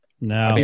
No